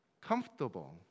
comfortable